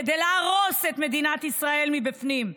כדי להרוס את מדינת ישראל מבפנים,